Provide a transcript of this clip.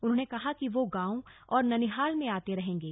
उन्होंने कहा कि वो गांव और ननिहाल में आते रहेंगे